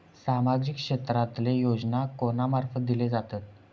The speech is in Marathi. सामाजिक क्षेत्रांतले योजना कोणा मार्फत दिले जातत?